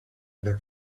their